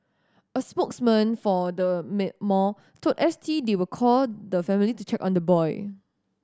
a spokesman for the mad mall told S T they will call the family to check on the boy